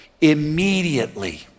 immediately